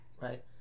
right